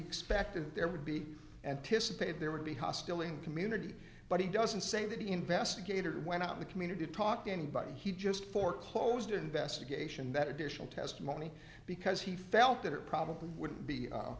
expected there would be anticipated there would be hostility in the community but he doesn't say that the investigator went out of the community to talk to anybody he just for closed investigation that additional testimony because he felt that it probably wouldn't be